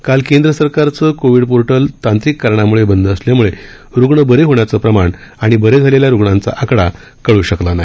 काल केंद्र सरकारचं कोविड पोर्टल तांत्रिक कारणामुळे बंद असल्यामुळे रुग्ण बरे होण्याचं प्रमाण आणि बरे झालेल्या रुग्णांचा आकडा कळू शकला नाही